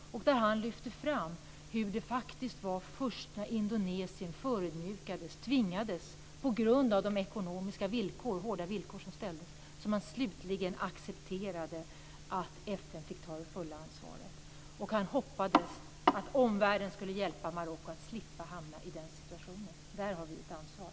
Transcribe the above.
Han lyfte fram hur det faktiskt var först när Indonesien, på grund av de hårda ekonomiska villkor som ställdes, förödmjukades och slutligen tvingades acceptera att FN fick ta det fulla ansvaret. Han hoppades att omvärlden skulle hjälpa Marocko att slippa hamna i den situationen. Där har vi ett ansvar.